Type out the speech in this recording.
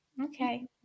Okay